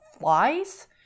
flies